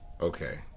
Okay